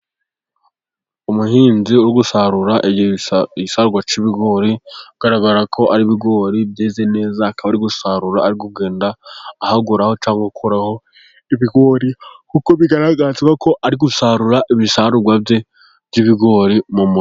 Umuhinzi uri gusarura igisarurwa cy'ibigori ,bigaragara ko ari ibigori byeze neza akaba ari gusarura ari kugenda ahaguraho cyangwa akuraho ibigori, kuko bigaragara ko ari gusarura ibisarurwa bye by'ibigori mu murima.